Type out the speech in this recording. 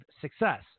success